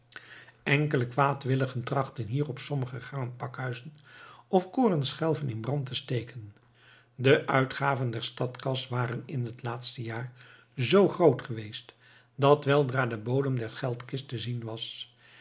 enkele kwaadwilligen trachtten hierop sommige graanpakhuizen of korenschelven in brand te steken de uitgaven der stadskas waren in het laatste jaar z groot geweest dat weldra de bodem der geldkist te zien was